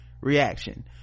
reaction